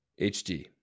HD